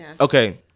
Okay